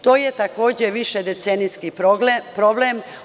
To je takođe višedecenijski problem.